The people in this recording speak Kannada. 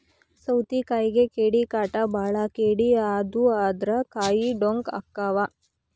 ಸೌತಿಕಾಯಿಗೆ ಕೇಡಿಕಾಟ ಬಾಳ ಕೇಡಿ ಆದು ಅಂದ್ರ ಕಾಯಿ ಡೊಂಕ ಅಕಾವ್